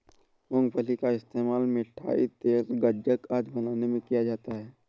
मूंगफली का इस्तेमाल मिठाई, तेल, गज्जक आदि बनाने में किया जाता है